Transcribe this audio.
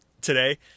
today